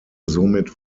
somit